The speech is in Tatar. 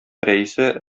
рәисе